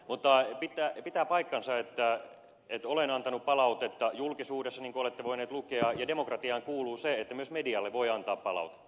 mutta pitää paikkansa että olen antanut palautetta julkisuudessa niin kuin olette voineet lukea ja demokratiaan kuuluu se että myös medialle voi antaa palautetta